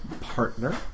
partner